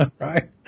right